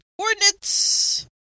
coordinates